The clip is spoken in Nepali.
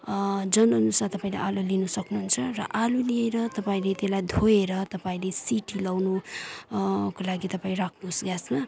जनअनुसार तपाईँले आलु लिनु सक्नुहुन्छ र आलु लिएर तपाईँले त्यसलाई धोएर तपाईँले सिटी लगाउनुको लागि तपाईँ राख्नुहोस् ग्यासमा